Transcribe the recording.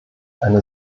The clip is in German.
eine